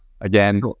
again